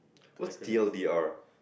what's T_L_D_R